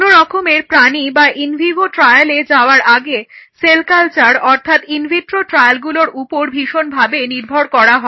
কোনো রকমের প্রাণী বা ইন ভিভো ট্রায়ালে যাওয়ার আগে সেল কালচার অর্থাৎ ইনভিট্রো ট্রায়ালগুলোর উপর ভীষণ ভাবে নির্ভর করা হয়